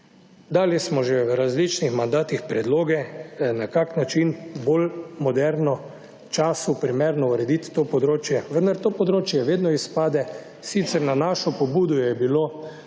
Dali smo že v različnih mandatih predloge na kak način bolj moderno, času primerno urediti to področje, vendar to področje vedno izpade, sicer na našo pobudo je bilo